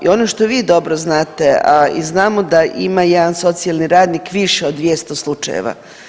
A ono što vi dobro znate, a i znamo da ima jedan socijalni radnik više od 200 slučajeva.